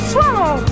Swallow